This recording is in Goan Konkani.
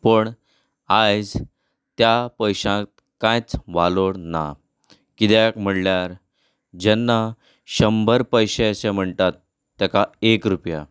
पूण आयज त्या पयशांक कांयच वालोर ना किद्याक म्हणल्यार जेन्ना शंबर पयशे अशे म्हणटात ताका एक रुपया